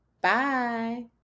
Bye